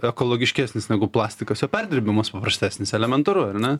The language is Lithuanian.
ekologiškesnis negu plastikas jo perdirbimas paprastesnis elementaru ar ne